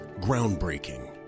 Groundbreaking